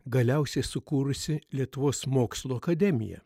galiausiai sukūrusi lietuvos mokslų akademiją